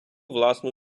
власну